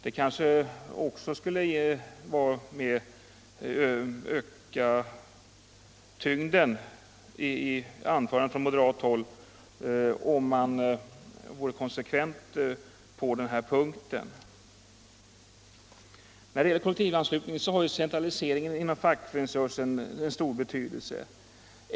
Det skulle kanske öka tyngden i moderaternas anförande, Frioch rättigheter i om moderaterna vore konsekventa på den punkten. grundlag När det gäller kollektivanslutningen har ju centraliseringen inom fackföreningsrörelsen en stor betydelse.